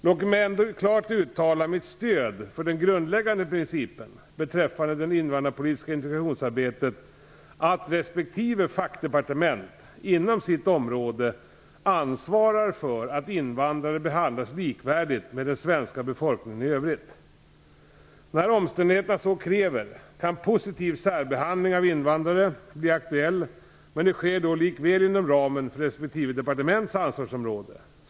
Låt mig ändå klart uttala mitt stöd för den grundläggande principen beträffande det invandrarpolitiska integrationsarbetet att respektive fackdepartement inom sitt område ansvarar för att invandrare behandlas likvärdigt med den svenska befolkningen i övrigt. När omständigheterna så kräver kan positiv särbehandling av invandrare bli aktuell, men det sker då likväl inom ramen för respektive departements ansvarsområde.